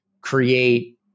create